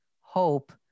hope